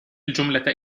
الجملة